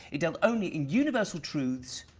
it dealt only in universal truths,